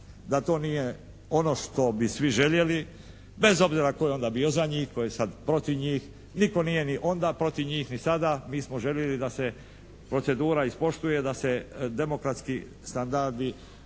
da to nije ono što bi svi željeli. Bez obzira tko je onda bio za njih, tko je sad protiv njih. Nitko nije ni onda protiv njih ni sada, mi smo željeli da se procedura ispoštuje, da se demokratski standardi